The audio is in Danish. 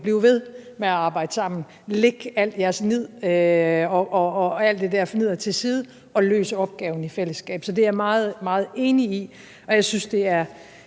Bliv ved med at arbejde sammen, læg al jeres nid og alt det der fnidder til side, og løs opgaven i fællesskab. Så det er jeg meget, meget enig i, og jeg synes, det er